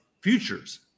futures